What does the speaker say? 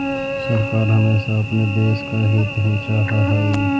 सरकार हमेशा अपने देश का हित ही चाहा हई